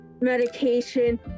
medication